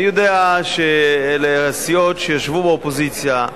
אני יודע שאלה סיעות שישבו באופוזיציה,